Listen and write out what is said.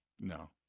No